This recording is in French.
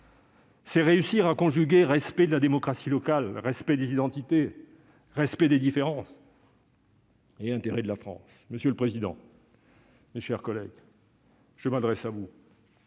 C'est réussir à conjuguer respect de la démocratie locale, respect des identités, respect des différences et intérêt de la France. Monsieur le président, mes chers collègues, je m'adresse à vous